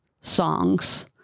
songs